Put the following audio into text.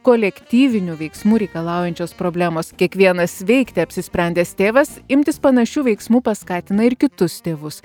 kolektyvinių veiksmų reikalaujančios problemos kiekvienas veikti apsisprendęs tėvas imtis panašių veiksmų paskatina ir kitus tėvus